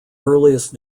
earliest